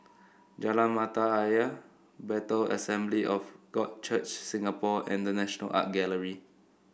Jalan Mata Ayer Bethel Assembly of God Church Singapore and The National Art Gallery